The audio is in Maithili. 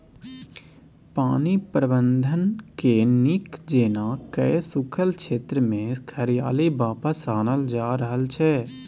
पानि प्रबंधनकेँ नीक जेना कए सूखल क्षेत्रमे हरियाली वापस आनल जा रहल छै